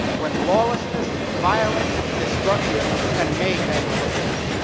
when lawlessness, violence, destruction, and mayhem prevail.